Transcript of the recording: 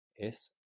Es